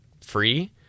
free